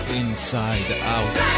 inside-out